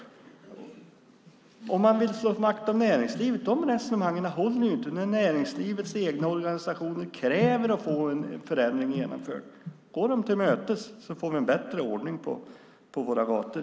Resonemanget om att man vill slå vakt om näringslivet håller inte när näringslivets egna organisationer kräver att få en förändring genomförd. Gå dem till mötes, så får vi en bättre ordning på våra gator!